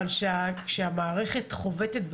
אבל כשהמערכת חובטת בך,